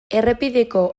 errepideko